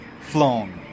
flown